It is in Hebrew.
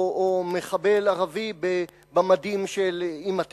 או מחבל ערבי במדים של אמא תרזה.